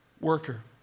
worker